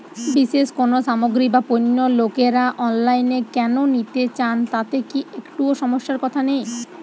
বিশেষ কোনো সামগ্রী বা পণ্য লোকেরা অনলাইনে কেন নিতে চান তাতে কি একটুও সমস্যার কথা নেই?